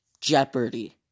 Jeopardy